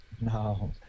no